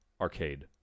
arcade